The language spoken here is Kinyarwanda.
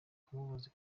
kumubaza